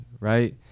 Right